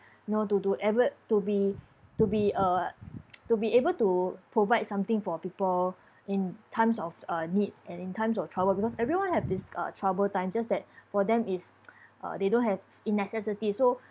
you know to do ever to be to be uh to be able to provide something for people in times of uh needs and in times of trouble because everyone have this uh troubled time just that for them is uh they don't have a necessity so